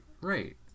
right